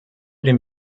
den